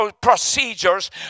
procedures